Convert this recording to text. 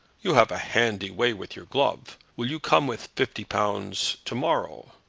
you have a handy way with your glove. will you come with fifty pounds to-morrow?